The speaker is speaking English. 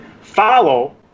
follow